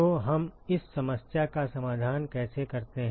तो हम इस समस्या का समाधान कैसे करते हैं